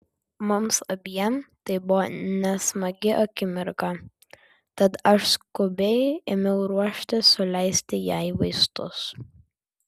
mums abiem tai buvo nesmagi akimirka tad aš skubiai ėmiau ruoštis suleisti jai vaistus